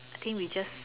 I think we just